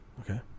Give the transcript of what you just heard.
Okay